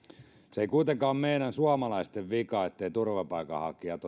se ei kuitenkaan ole meidän suomalaisten vika etteivät turvapaikanhakijat